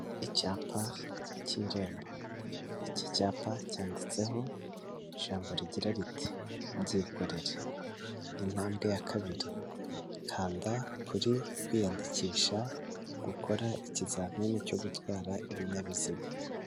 Icyapa cy'Irembo. Iki cyapa cyanditseho ijambo rigira riti: "Byikorerare". Intambwe ya kabiri. Kanda kuri kwiyandikisha gukora ikizamini cyo gutwara ibinyabiziga.